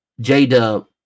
J-Dub